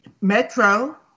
Metro